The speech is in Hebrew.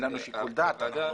אין לנו שיקול דעת?